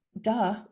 duh